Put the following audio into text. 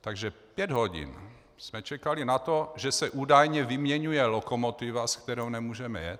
Takže pět hodin jsme čekali na to, že se údajně vyměňuje lokomotiva, se kterou nemůžeme jet.